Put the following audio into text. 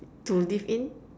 to live in